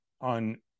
on